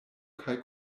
kaj